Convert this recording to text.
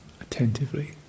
attentively